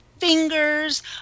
fingers